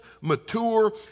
mature